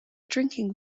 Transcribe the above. drinking